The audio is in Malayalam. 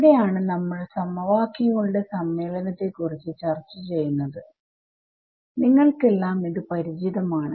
ഇവിടെ ആണ് നമ്മൾ സമവാക്യങ്ങളുടെ സമ്മേളനത്തെ കുറിച്ച് ചർച്ച ചെയ്യുന്നത് നിങ്ങൾക്കെല്ലാം ഇത് പരിചിതം ആണ്